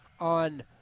On